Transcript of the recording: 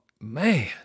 man